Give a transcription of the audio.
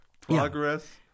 Progress